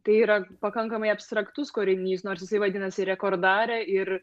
tai yra pakankamai abstraktus kūrinys nors jisai vadinasi rekordarė ir